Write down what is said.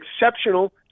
exceptional